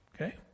Okay